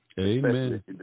Amen